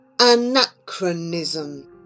Anachronism